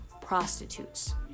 prostitutes